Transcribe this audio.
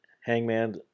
Hangman